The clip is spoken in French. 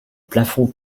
plafond